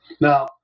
Now